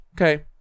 Okay